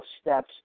steps